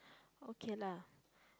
okay lah